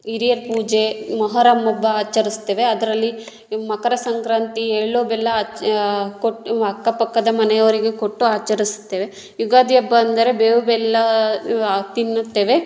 ಹಿರಿಯರ್ ಪೂಜೇ ಮೊಹರಮ್ ಹಬ್ಬ ಆಚರಿಸ್ತೇವೆ ಅದರಲ್ಲಿ ಈ ಮಕರ ಸಂಕ್ರಾಂತಿ ಎಳ್ಳು ಬೆಲ್ಲ ಅಚ್ಚು ಕೊಟ್ಟು ಅಕ್ಕಪಕ್ಕದ ಮನೆಯವರಿಗೆ ಕೊಟ್ಟು ಆಚರಿಸ್ತೇವೆ ಯುಗಾದಿ ಹಬ್ಬ ಅಂದರೆ ಬೇವು ಬೆಲ್ಲ ತಿನ್ನುತ್ತೇವೆ